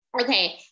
okay